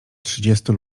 trzydziestu